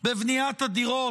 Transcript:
בבניית הדירות,